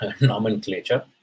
Nomenclature